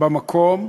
במקום,